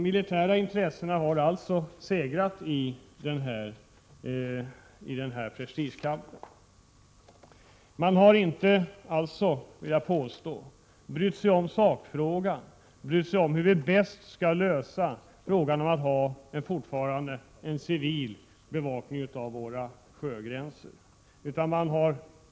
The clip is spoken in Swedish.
De militära intressena har alltså segrat i den här prestigekampen. Jag vill påstå att man inte har brytt sig om sakfrågan, inte brytt sig om att fundera Prot. 1987/88:123 över hur vi bäst skall kunna lösa problemen med en civil bevakning av våra 19 maj 1988 sjögränser.